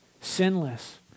sinless